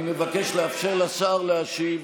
אני מבקש לאפשר לשר להשיב.